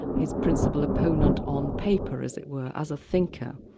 his principal opponent on paper as it were, as a thinker.